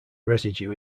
residue